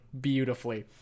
beautifully